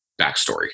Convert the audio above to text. backstory